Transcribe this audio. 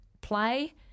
Play